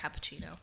cappuccino